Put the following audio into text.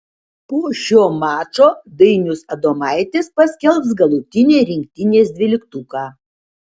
po šio mačo dainius adomaitis paskelbs galutinį rinktinės dvyliktuką